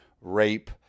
rape